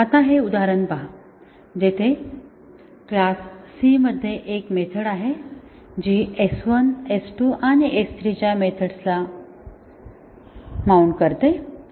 आता हे उदाहरण पहा जेथे क्लास c मध्ये एक मेथड आहे जी S1 S2 आणि S3 च्या मेथड्स ला माउंट करते